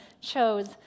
chose